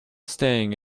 staying